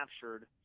captured